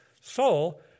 soul